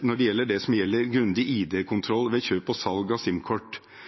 når det gjelder grundig ID-kontroll ved kjøp og salg av